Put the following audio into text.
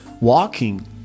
walking